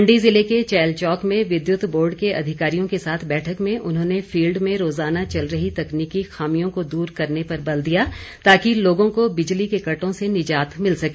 मण्डी जिले के चैलचौक में विद्यत बोर्ड के अधिकारियों के साथ बैठक में उन्होंने फील्ड में रोज़ाना चल रही तकनीकी खामियों को दूर करने पर बल दिया ताकि लोगों को बिजली के कटों से निजात मिल सके